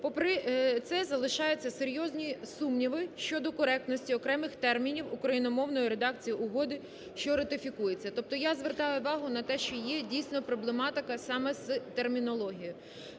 Попри це залишаються серйозні сумніви щодо коректності окремих термінів україномовної редакції угоди, що ратифікується. Тобто я звертаю увагу на те, що є, дійсно, проблематика саме з термінологією.